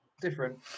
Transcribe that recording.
different